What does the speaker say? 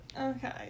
Okay